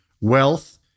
wealth